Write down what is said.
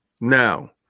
Now